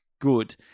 Good